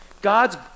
God's